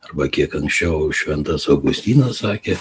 arba kiek anksčiau šventas augustinas sakė